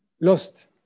lost